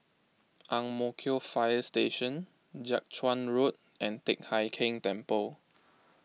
Ang Mo Kio Fire Station Jiak Chuan Road and Teck Hai Keng Temple